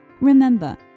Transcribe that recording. remember